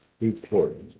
report